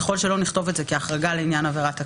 ככל שלא נכתוב את זה כהחרגה לעניין עבירת הקנס,